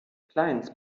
clients